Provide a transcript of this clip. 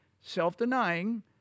self-denying